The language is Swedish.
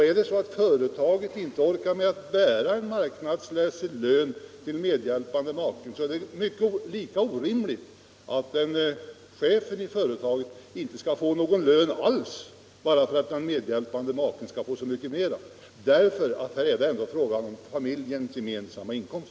Är det så att företaget inte orkar bära en marknadsmässig lön till medhjälpande make, är det lika orimligt att chefen i företaget inte skall få någon lön alls bara för att den medhjälpande maken skall få så mycket mera — här är det ju ändå fråga om familjens gemensamma inkomst.